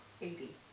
Eighty